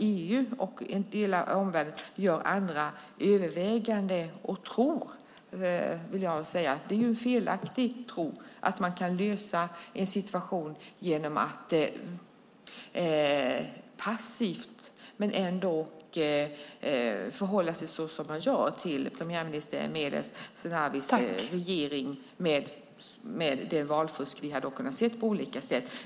EU och en del av omvärlden gör andra överväganden och tror - vilket är en felaktig tro, vill jag säga - att man kan lösa en situation genom att passivt förhålla sig så som man ändock gör till premiärminister Meles Zenawis regering med det valfusk vi på olika sätt har kunnat se.